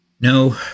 No